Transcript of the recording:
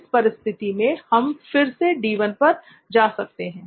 इस परिस्थिति में हम फिर से D1 पर जा सकते हैं